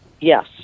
yes